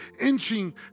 inching